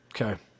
Okay